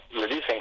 reducing